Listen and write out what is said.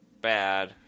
bad